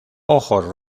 ojos